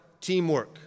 Teamwork